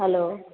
hello